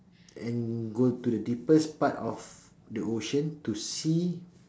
and go to the deepest part of the ocean to see